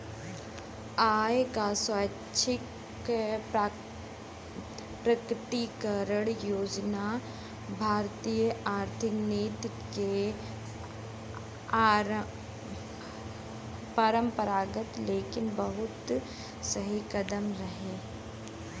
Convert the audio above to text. आय क स्वैच्छिक प्रकटीकरण योजना भारतीय आर्थिक नीति में अपरंपरागत लेकिन बहुत सही कदम रहे